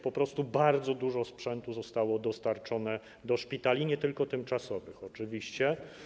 Po prostu bardzo dużo sprzętu zostało dostarczone do szpitali, nie tylko tymczasowych oczywiście.